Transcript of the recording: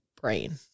brain